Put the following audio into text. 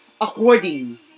according